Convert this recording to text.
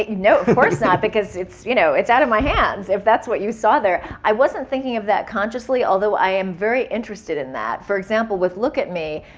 you know of course not because it's you know it's out of my hands if that's what you saw there. i wasn't thinking of that consciously, although i am very interested in that. for example, with look at me,